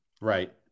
Right